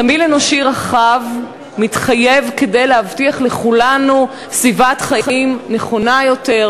תמהיל אנושי רחב מתחייב כדי להבטיח לכולנו סביבת חיים נכונה יותר,